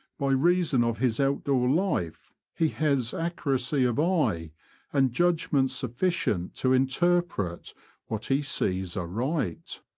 by reason of his out-door life he has accuracy of eye and judgment suf ficient to interpret what he sees aright.